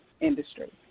industry